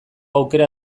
aukera